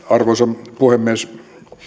arvoisa puhemies